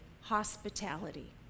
hospitality